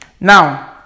Now